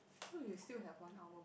so we still have one hour